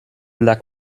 luck